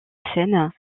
seine